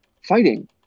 fighting